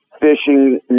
fishing